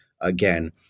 again